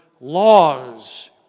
laws